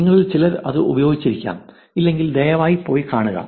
നിങ്ങളിൽ ചിലർ ഇത് ഉപയോഗിച്ചിരിക്കാം ഇല്ലെങ്കിൽ ദയവായി പോയി നോക്കുക